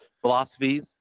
philosophies